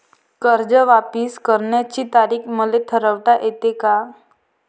कर्ज वापिस करण्याची तारीख मले ठरवता येते का?